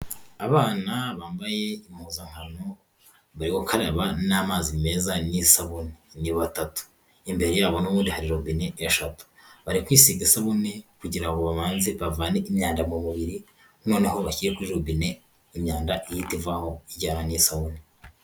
Abana bambaye impuzankano, bari gukaraba n'amazi meza n'isabune, ni batatu imbere yabo n'ubundi hari robine eshatu, bari kwisiga isabune kugira ngo babanze bavane imyanda mu mubiri noneho bashyire kuri robine imyanda ihita ivaho ijyana n'isabune.